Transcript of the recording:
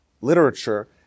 literature